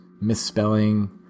misspelling